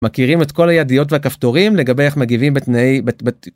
מכירים את כל הידיעות והכפתורים לגבי איך מגיבים בתנאי בת...